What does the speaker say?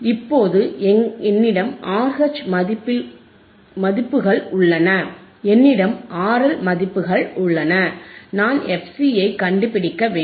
இப்போது என்னிடம் RH மதிப்புகள் உள்ளன என்னிடம் RL மதிப்புகள் உள்ளன நான் fC ஐக் கண்டுபிடிக்க வேண்டும்